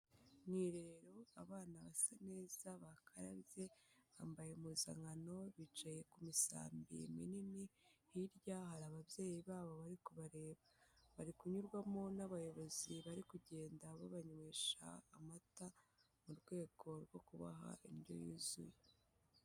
Ni irerero abana basa neza bakarabye bambaye impuzankano bicaye ku misambi minini, hirya hari ababyeyi babo bari kubareba, bari kunyurwamo n'abayobozi bari kugenda babanywesha amata mu rwego rwo kubaha indyo yuzuye.